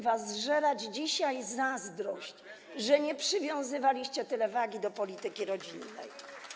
Was zżera dzisiaj zazdrość, że nie przywiązywaliście tyle wagi do polityki rodzinnej.